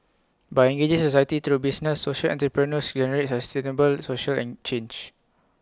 by engaging society through business social entrepreneurs generate has sustainable social and change